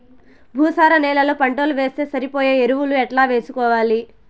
భూసార నేలలో పంటలు వేస్తే సరిపోయే ఎరువులు ఎట్లా వేసుకోవాలి?